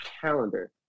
calendar